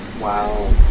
wow